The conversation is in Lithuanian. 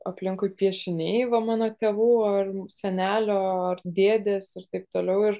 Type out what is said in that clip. aplinkui piešiniai va mano tėvų ar senelio ar dėdės ir taip toliau ir